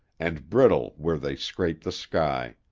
and brittle where they scraped the sky.